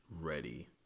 ready